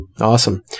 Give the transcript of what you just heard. Awesome